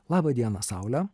laba diena saule